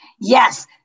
Yes